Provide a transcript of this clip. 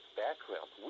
background